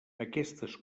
aquestes